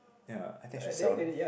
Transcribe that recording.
ya I think I should sell